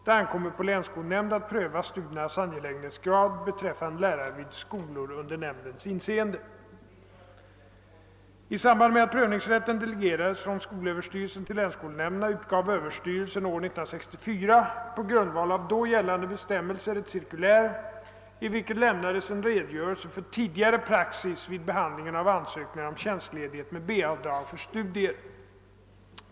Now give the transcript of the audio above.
Det ankommer på länsskolnämnd att pröva studiernas angelägenhetsgrad beträffande lärare vid skolor under nämndens inseende. I samband med att prövningsrätten delegerades från skolöverstyrelsen till länsskolnämnderna utgav Ööverstyrelsen år 1964 på grundval av då gällande bestämmelser ett cirkulär i vilket lämnades en redogörelse för tidigare praxis vid behandlingen av ansökningar om tjänstledighet med B-avdrag för studier.